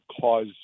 cause